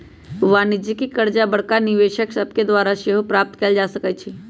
वाणिज्यिक करजा बड़का निवेशक सभके द्वारा सेहो प्राप्त कयल जा सकै छइ